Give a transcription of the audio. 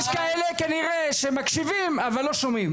יש כאלה כנראה שמקשיבים אבל לא שומעים.